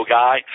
guy